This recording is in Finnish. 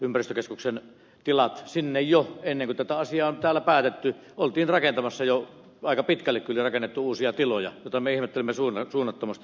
ympäristökeskuksen tiloja sinne ennen kuin tätä asiaa on täällä päätetty oltiin rakentamassa jo aika pitkällekin oli jo rakennettu uusia tiloja mitä me ihmettelimme suunnattomasti mutta näin vaan kävi